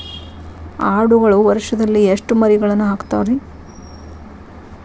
ಆಡುಗಳು ವರುಷದಲ್ಲಿ ಎಷ್ಟು ಮರಿಗಳನ್ನು ಹಾಕ್ತಾವ ರೇ?